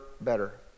better